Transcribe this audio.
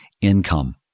income